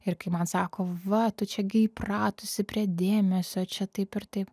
ir kai man sako va tu čia gi įpratusi prie dėmesio čia taip ir taip